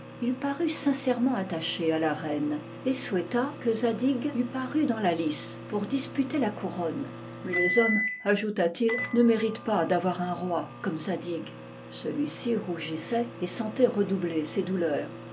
il parut sincèrement attaché à la reine et souhaita que zadig eût paru dans la lice pour disputer la couronne mais les hommes ajouta-t-il ne méritent pas d'avoir un roi comme zadig celui-ci rougissait et sentait redoubler ses douleurs